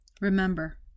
remember